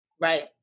Right